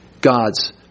God's